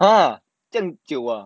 ah 这样久 ah